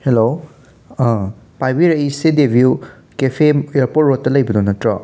hello ꯄꯥꯏꯕꯤꯔꯛꯏꯁꯤ the view cafe airport ꯔꯣꯠꯇ ꯂꯩꯕꯗꯨ ꯅꯠꯇ꯭ꯔꯣ